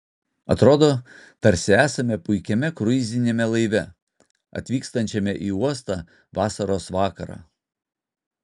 atrodo tarsi esame puikiame kruiziniame laive atvykstančiame į uostą vasaros vakarą